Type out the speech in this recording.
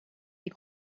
die